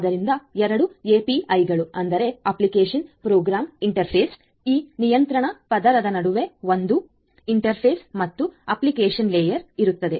ಆದ್ದರಿಂದ 2 ಎಪಿಐಗಳು application programming interface ಈ ನಿಯಂತ್ರಣ ಪದರದ ನಡುವೆ ಒಂದು ಇಂಟರ್ಫೇಸ್ ಮತ್ತು ಅಪ್ಲಿಕೇಶನ್ ಲೇಯರ್ ಇರುತ್ತದೆ